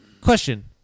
Question